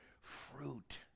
fruit